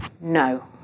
No